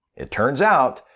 it turns out,